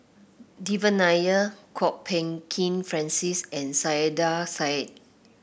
Devan Nair Kwok Peng Kin Francis and Saiedah Said